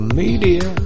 media